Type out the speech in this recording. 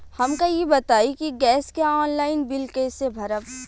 हमका ई बताई कि गैस के ऑनलाइन बिल कइसे भरी?